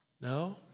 No